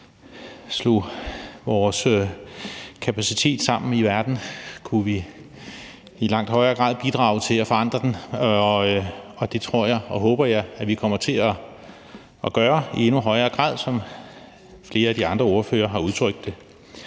slog vores kapacitet sammen i verden, kunne vi i langt højere grad bidrage til at forandre den, og det tror og håber jeg at vi kommer til at gøre i endnu højere grad, som flere af de andre ordførere har udtrykt det.